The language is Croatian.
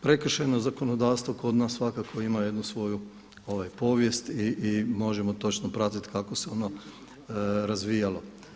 Prekršajno zakonodavstvo kod nas svakako ima jednu svoju povijest i možemo točno pratiti kako se ono razvijalo.